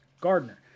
Gardner